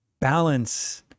balance